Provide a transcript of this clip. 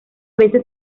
veces